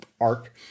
arc